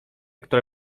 która